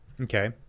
Okay